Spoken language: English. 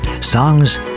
Songs